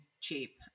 cheap